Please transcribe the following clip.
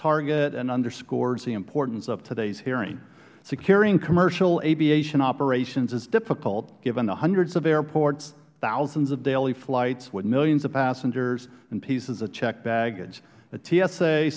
target and underscores the importance of today's hearing securing commercial aviation operations is difficult given the hundreds of airports thousands of daily flights with millions of passengers and pieces of checked baggage